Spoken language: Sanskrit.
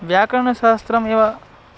व्याकरणशास्त्रमेव